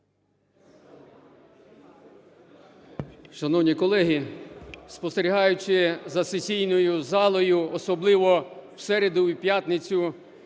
Шановні колеги, спостерігаючи за сесійною залою, особливу в середу і в п'ятницю,